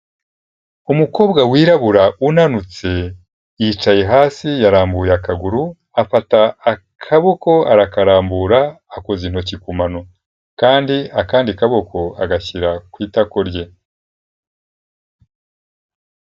Umukobwa wirabura unanutse, yicaye hasi yarambuye akaguru, afata akaboko arakarambura akoza intoki ku mano kandi akandi kaboko agashyira ku itako rye.